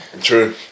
True